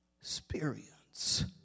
experience